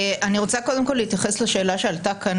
אני רוצה קודם כול להתייחס לשאלה שעלתה כאן,